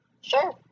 sure